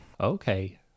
Okay